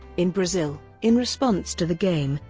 in brazil, in response to the game,